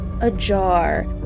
ajar